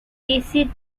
acid